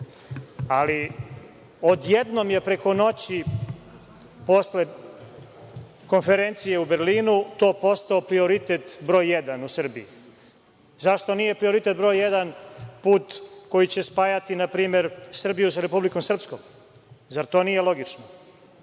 čuva. Ali, odjednom je preko noći posle Konferencije u Berlinu, to postao prioritet br. 1 u Srbiji. Zašto nije prioritet br. 1 put koji će spajati npr. Srbiju sa Republikom Srpskom? Zar to nije logično?